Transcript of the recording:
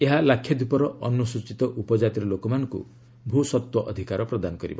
ଏହା ଲାକ୍ଷାଦ୍ୱୀପର ଅନୁସ୍ତଚୀତ ଉପକାତିର ଲୋକମାନଙ୍କୁ ଭୂସତ୍ତ୍ୱେ ଅଧିକାର ପ୍ରଦନା କରିବ